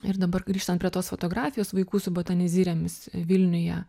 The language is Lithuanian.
ir dabar grįžtant prie tos fotografijos vaikų su botanizirėmis vilniuje